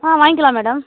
ஆ வாய்ங்கலாம் மேடம்